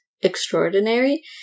extraordinary